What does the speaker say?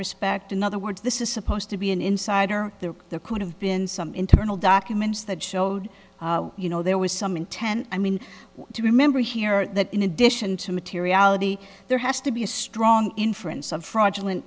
respect in other words this is supposed to be an insider there could have been some internal documents that showed you know there was some intent i mean to remember here that in addition to materiality there has to be a strong inference of fraudulent